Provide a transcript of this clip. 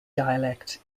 dialect